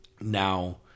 now